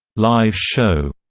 live show,